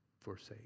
forsake